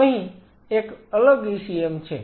અહીં એક અલગ ECM છે